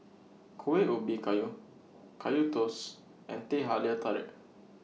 Kueh Ubi Kayu Kaya Toast and Teh Halia Tarik